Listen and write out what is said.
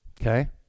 Okay